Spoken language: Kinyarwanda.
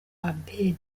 abedi